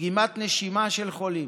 דגימת נשימה של חולים,